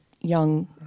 young